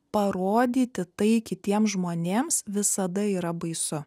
parodyti tai kitiems žmonėms visada yra baisu